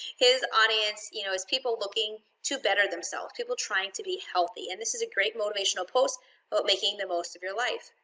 his audience, you know, is people looking to better themselves, people trying to be healthy. and this is a great motivational post about but making the most of your life.